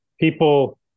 people